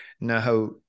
Now